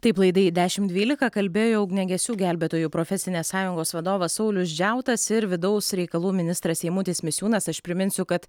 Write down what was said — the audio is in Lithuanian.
taip laidai dešim dvylika kalbėjo ugniagesių gelbėtojų profesinės sąjungos vadovas saulius džiautas ir vidaus reikalų ministras eimutis misiūnas aš priminsiu kad